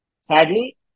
Sadly